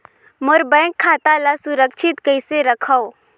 मोर bank खाता ला सुरक्षित कइसे रखव?